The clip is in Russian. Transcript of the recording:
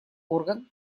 орган